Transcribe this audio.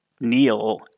Neil